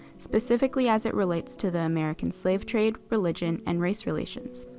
specifically as it relates to the american slave trade, religion and race relations.